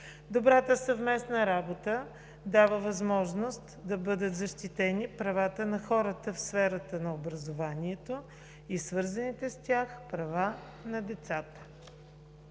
Добрата съвместна работа дава възможност да бъдат защитени правата на хората в сферата на образованието и свързаните с тях права на децата.